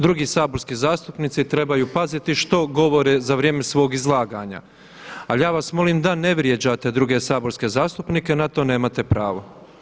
Drugi saborski zastupnici trebaju paziti što govore za vrijeme svog izlaganja, ali ja vas molim da ne vrijeđate druge saborske zastupnike, na to nemate pravo.